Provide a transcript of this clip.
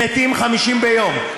הם מתים, 50 ביום.